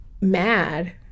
mad